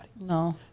No